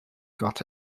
got